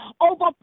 over